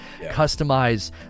customize